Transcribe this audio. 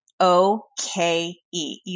O-K-E